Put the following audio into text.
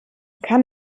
kann